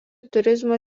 turizmo